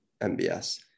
MBS